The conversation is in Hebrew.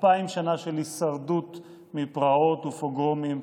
אלפיים שנה של הישרדות מפרעות ופוגרומים,